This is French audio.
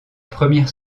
première